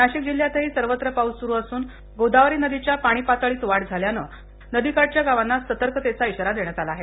नाशिक जिल्ह्यातही सर्वत्र पाऊस सूरू असून गोदावरी नदीच्या पाणी पातळीत वाढ झाल्याने नदी काठच्या गावांना सतर्कतेचा इशारा देण्यात आला आहे